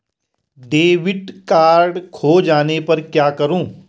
Debit card खो जाने पर क्या करूँ?